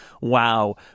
wow